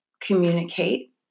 communicate